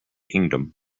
kingdom